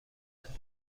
دارد